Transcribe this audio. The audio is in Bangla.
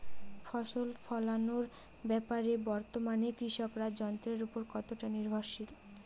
ফসল ফলানোর ব্যাপারে বর্তমানে কৃষকরা যন্ত্রের উপর কতটা নির্ভরশীল?